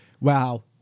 wow